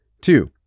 Two